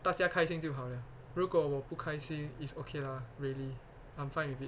大家开心就好 liao 如果我不开心 is okay lah really I'm fine with it